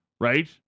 right